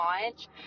launch